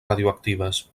radioactives